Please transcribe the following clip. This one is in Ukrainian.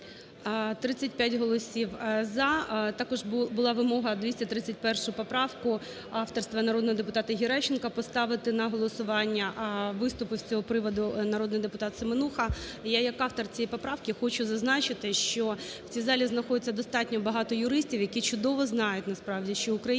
голосів "за". Також була вимога 231 поправку авторства народного депутата Геращенко поставити на голосування. Виступив з цього приводу народний депутат Семенуха. Я як автор цієї поправки хочу зазначити, що в цій залі знаходиться достатньо багато юристів, які чудово знають, насправді,